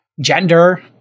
gender